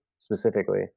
specifically